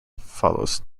follows